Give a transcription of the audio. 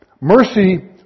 mercy